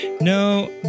No